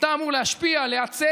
גם של אנשי אקדמיה מבחוץ,